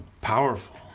powerful